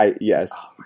yes